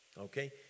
Okay